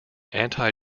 anti